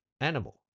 animal